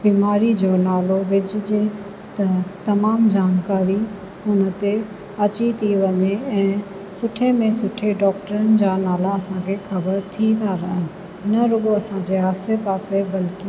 बीमारी जो नालो विझिजे त तमामु जानकारी हुन ते अची थी वञे ऐं सुठे में सुठे डॉक्टरनि जा नाला असांखे ख़बरु थी था रहनि न रुॻो असांजे आसे पासे बल्कि